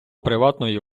приватної